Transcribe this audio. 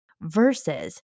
versus